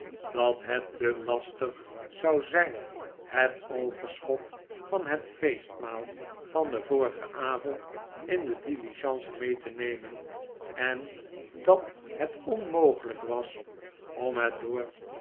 dat het te lastig zou zijn het overschot van het feestmaal van den vorigen avond in de diligence mee te ncmen en dat het onmogelijk was om het door